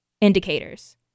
indicators